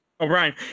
O'Brien